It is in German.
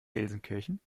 gelsenkirchen